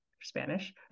Spanish